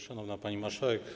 Szanowna Pani Marszałek!